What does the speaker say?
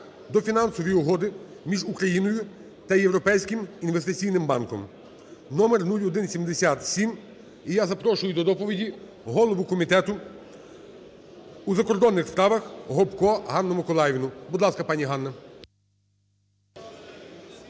до Фінансової угоди між Україною та Європейським інвестиційним банком (№ 0177). І я запрошую до доповіді голову Комітету у закордонних справах Гопко Ганну Миколаївну. Будь ласка, пані Ганна.